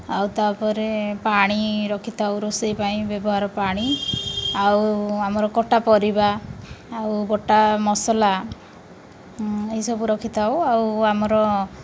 ଆଉ ତା'ପରେ ପାଣି ରଖିଥାଉ ରୋଷେଇ ପାଇଁ ବ୍ୟବହାର ପାଣି ଆଉ ଆମର କଟା ପରିବା ଆଉ ଗୋଟା ମସଲା ଏହିସବୁ ରଖିଥାଉ ଆଉ ଆମର